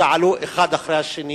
שעלו אחד אחרי השני